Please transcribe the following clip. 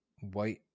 White